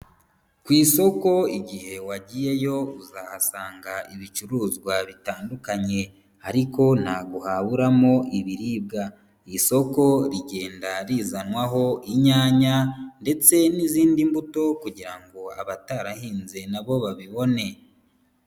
Ku isoko igihe wagiyeyo uzahasanga ibicuruzwa bitandukanye ariko ntago haburamo ibiribwa, isoko rigenda rizanwaho inyanya ndetse n'izindi mbuto kugira ngo abatarahinze na bo babibone.